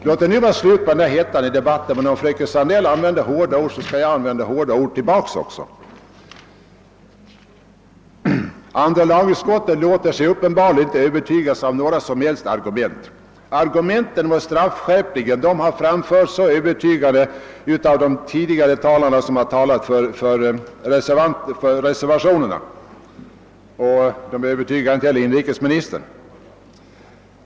Låt det nu vara slut på hettan i debatten, men om fröken Sandell använder hårda ord skall jag göra det också. Andra lagutskottet låter sig uppenbarligen inte övertygas av några som helst argument. Övertygande invändningar mot straffskärpningen har anförts av dem som talat för reservationerna. De har inte heller lyckats övertyga inrikesministern.